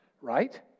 right